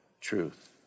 truth